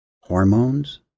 hormones